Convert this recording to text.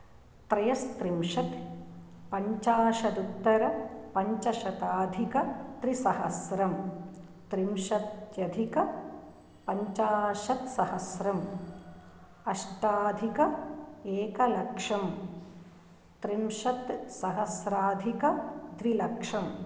त्रयस्त्रिंशत् पञ्चाशदुत्तरपञ्चशताधिक त्रिसहस्रं त्रिंशत्यधिक पञ्चाशत्सहस्रं अष्टाधिक एकलक्षं त्रिंशत् सहस्राधिक द्विलक्षम्